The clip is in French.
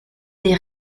des